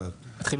אתחיל